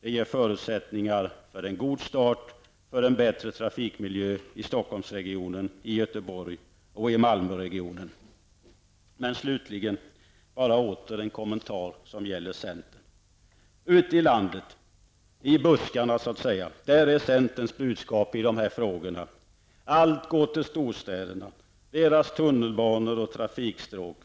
Det ger förutsättningar för en god start för en bättre trafikmiljö i Slutligen bara åter en kommentar som gäller centern. Ute i landet, i buskarna så att säga, är centerns budskap i dessa frågor: ''Allt går till storstäderna, deras tunnelbanor och trafikstråk.